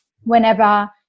whenever